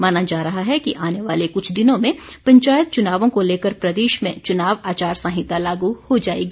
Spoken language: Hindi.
माना जा रहा है कि आने वाले कुछ दिनों में पंचायत चुनावों को लेकर प्रदेश में चुनाव आचार संहिता लागू हो जाएगी